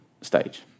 stage